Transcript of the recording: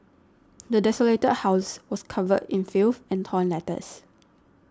the desolated house was covered in filth and torn letters